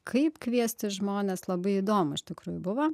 kaip kviesti žmones labai įdomu iš tikrųjų buvo